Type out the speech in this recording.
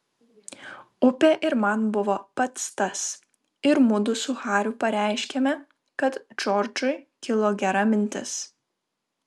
upė ir man buvo pats tas ir mudu su hariu pareiškėme kad džordžui kilo gera mintis